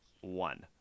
one